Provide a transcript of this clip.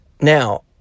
Now